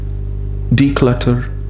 Declutter